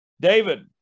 david